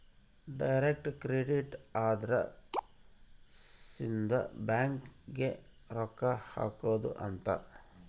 direct credit ಅಂದ್ರ ಸೀದಾ bank ಗೇ ರೊಕ್ಕ ಹಾಕೊಧ್ ಅಂತ